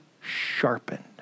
sharpened